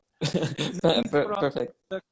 Perfect